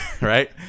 right